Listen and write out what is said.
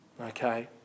Okay